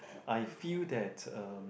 I feel that um